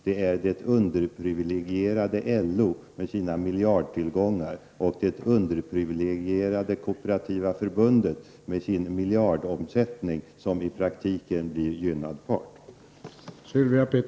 Här blir det underprivilegierade LO med sina miljardtillgångar och det underprivilegierade Kooperativa förbundet med sin miljardomsättning i praktiken gynnad part.